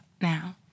now